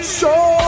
Show